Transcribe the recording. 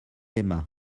aima